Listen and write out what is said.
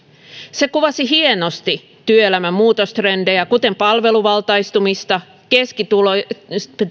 se kuvasi hienosti työelämän muutostrendejä kuten palveluvaltaistumista keskituloisten